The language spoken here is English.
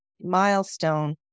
milestone